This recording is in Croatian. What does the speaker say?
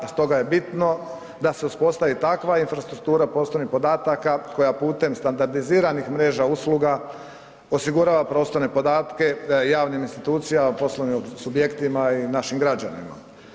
Stoga je bitno da se uspostavi takva infrastruktura poslovnih podataka koja putem standardiziranih mreža usluga osigurava prostorne podatke javnim institucijama, poslovnim subjektima i našim građanima.